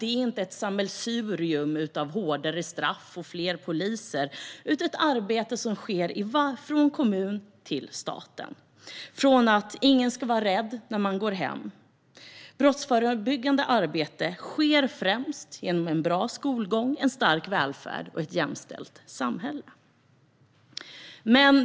Det sker inte i ett sammelsurium av hårdare straff och fler poliser, utan det är ett arbete som sker från kommunen till staten och utifrån att ingen ska vara rädd när man ska gå hem på kvällen. Brottsförebyggande arbete sker främst genom en bra skolgång, en stark välfärd och ett jämställt samhälle.